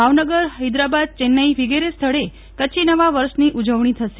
ભાવનગર હૈદરાબાદ ચેન્નાઈ વિગેરે સ્થળે કચ્છી નવા વર્ષની ઉજવણી થશે